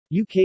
UK